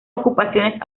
ocupaciones